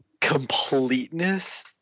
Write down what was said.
completeness